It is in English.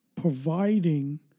providing